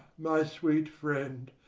my sweet friend,